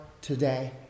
today